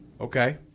okay